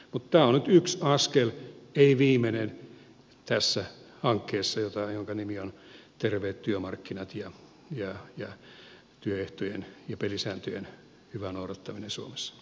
mutta tämä on nyt yksi askel ei viimeinen tässä hankkeessa jonka nimi on terveet työmarkkinat ja työehtojen ja pelisääntöjen hyvä noudattaminen suomessa